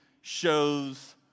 shows